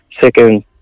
second